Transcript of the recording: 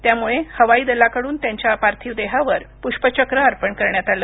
त्यामुळे हवाई दलाकडून त्यांच्या पार्थिव देहावर पुष्पचक्र अर्पण करण्यात आलं